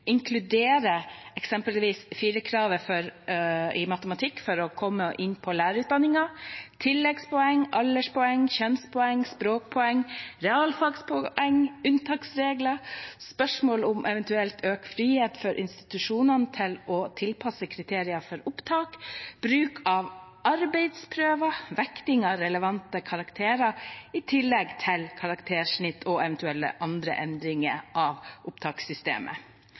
inkludere eksempelvis firerkravet i matematikk for å komme inn på lærerutdanningen, tilleggspoeng, alderspoeng, kjønnspoeng, språkpoeng, realfagspoeng, unntaksregler, spørsmål om eventuelt økt frihet for institusjoner til å tilpasse kriterier for opptak, bruk av arbeidsprøver, vekting av relevante karakterer i tillegg til karaktersnitt og eventuelle andre endringer av opptakssystemet.